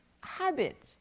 habit